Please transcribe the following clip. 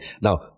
Now